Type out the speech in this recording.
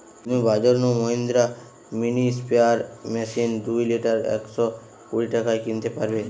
তুমি বাজর নু মহিন্দ্রা মিনি স্প্রেয়ার মেশিন দুই লিটার একশ কুড়ি টাকায় কিনতে পারবে